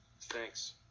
Thanks